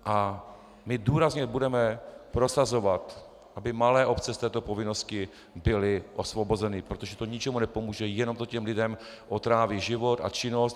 A my důrazně budeme prosazovat, aby malé obce z této povinnosti byly osvobozeny, protože to ničemu nepomůže, jenom to těm lidem otráví život a činnost.